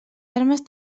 armes